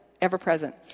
Ever-present